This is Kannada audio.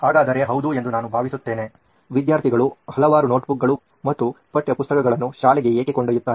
ಹಾಗಾದರೆ ಹೌದು ಎಂದು ನಾನು ಭಾವಿಸುತ್ತೇನೆ ವಿದ್ಯಾರ್ಥಿಗಳು ಹಲವಾರು ನೋಟ್ಬುಕ್ಗಳು ಮತ್ತು ಪಠ್ಯಪುಸ್ತಕಗಳನ್ನು ಶಾಲೆಗೆ ಏಕೆ ಕೊಂಡೊಯ್ಯುತ್ತಾರೆ